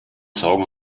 sorgen